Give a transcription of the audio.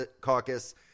Caucus